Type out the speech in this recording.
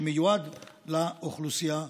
המיועדת לאוכלוסייה הערבית.